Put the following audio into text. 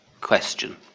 question